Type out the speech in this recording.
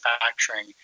manufacturing